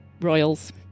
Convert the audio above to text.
royals